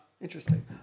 Interesting